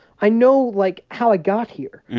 i know, like, how i got here,